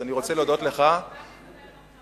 אז אני רוצה להודות לך, לקבל מחמאות גם.